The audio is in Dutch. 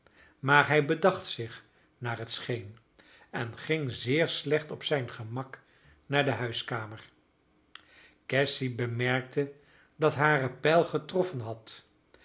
maar hij bedacht zich naar het scheen en ging zeer slecht op zijn gemak naar de huiskamer cassy bemerkte dat hare pijl getroffen had